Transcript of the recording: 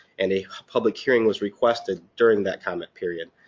and a public hearing was requested during that comment period.